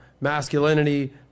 masculinity